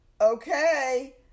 okay